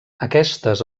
aquestes